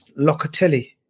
Locatelli